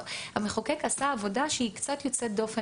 המחוקק עשה עבודה שהיא קצת יוצאת דופן